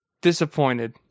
disappointed